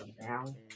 now